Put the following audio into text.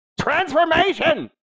Transformation